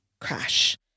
Crash